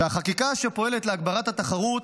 שהחקיקה שפועלת להגברת התחרות,